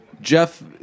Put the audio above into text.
Jeff